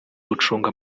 gucunga